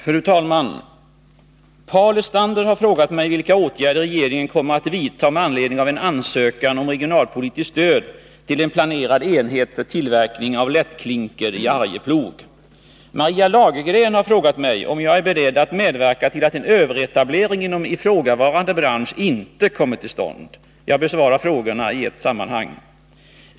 Fru talman! Paul Lestander har frågat mig vilka åtgärder regeringen kommer att vidta med anledning av en ansökan om regionalpolitiskt stöd till en planerad enhet för tillverkning av lättklinker i Arjeplog. Maria Lagergren har frågat mig om jag är beredd att medverka till att en överetablering inom ifrågavarande bransch inte kommer till stånd. Jag besvarar frågorna i ett sammanhang.